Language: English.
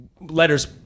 letters